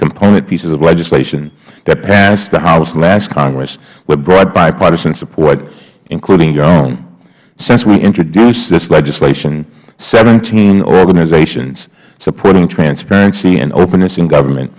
component pieces of legislation that passed the house last congress with broad bipartisan support including your own since we introduced this legislation seventeen organizations supporting transparency and openness in government